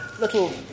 little